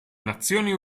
nazioni